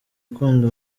ukunda